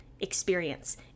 experience